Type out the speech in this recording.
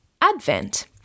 Advent